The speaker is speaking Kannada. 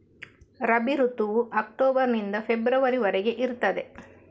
ರಬಿ ಋತುವು ಅಕ್ಟೋಬರ್ ನಿಂದ ಫೆಬ್ರವರಿ ವರೆಗೆ ಇರ್ತದೆ